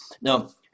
Now